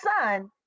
son